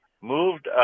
moved